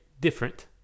different